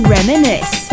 Reminisce